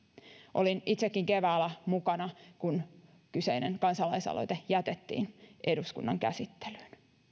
olin itsekin keväällä mukana kun kyseinen kansalaisaloite jätettiin eduskunnan käsittelyyn